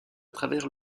travers